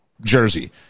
jersey